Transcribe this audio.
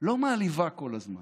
לא מעליבה כל הזמן,